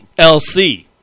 LC